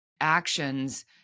actions